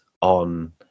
on